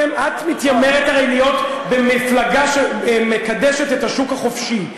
את מתיימרת הרי להיות במפלגה שמקדשת את השוק החופשי.